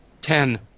Ten